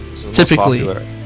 typically